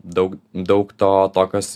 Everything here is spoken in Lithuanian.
daug daug to tokios